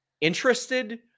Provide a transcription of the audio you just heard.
interested